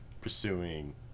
pursuing